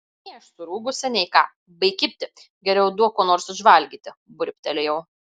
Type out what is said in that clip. nei aš surūgusi nei ką baik kibti geriau duok ko nors užvalgyti burbtelėjau